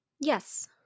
Yes